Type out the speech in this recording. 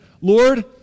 Lord